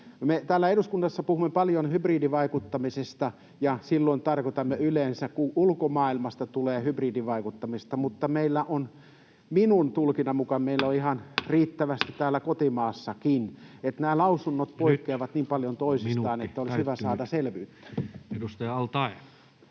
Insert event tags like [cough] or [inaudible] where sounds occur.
Me täällä eduskunnassa puhumme paljon hybridivaikuttamisesta ja silloin tarkoitamme yleensä, että ulkomaailmasta tulee hybridivaikuttamista, mutta meillä on minun tulkintani mukaan [noise] sitä ihan riittävästi täällä kotimaassakin. Nämä lausunnot [Puhemies: Nyt on minuutti täyttynyt!] poikkeavat niin paljon toisistaan, että olisi hyvä saada selvyyttä. Edustaja al-Taee.